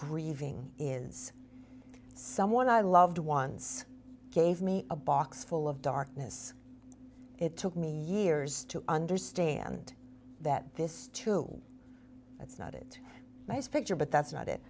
grieving is someone i loved once gave me a box full of darkness it took me years to understand that this too that's not it nice picture but that's not it